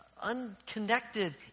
unconnected